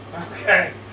Okay